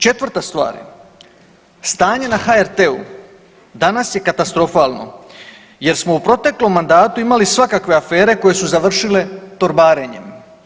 Četvrta stvar, stanje na HRT-u danas je katastrofalno jer smo u proteklom mandatu imali svakakve afere koje su završile torbarenjem.